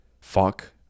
Fuck